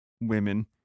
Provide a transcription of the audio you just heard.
women